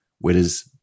Whereas